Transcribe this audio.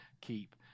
keep